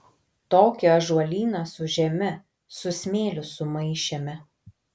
tokį ąžuolyną su žeme su smėliu sumaišėme